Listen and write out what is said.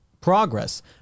progress